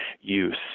use